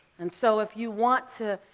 and so if you want to.